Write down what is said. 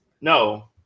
No